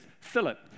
Philip